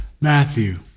Matthew